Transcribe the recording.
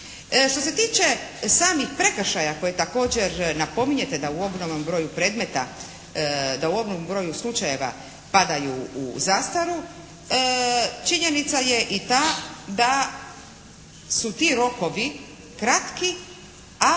Što se tiče samih prekršaja koje također napominjete da u ogromnom broju predmeta, da u ogromnom broju slučajeva padaju u zastaru činjenica je i ta da su ti rokovi kratki,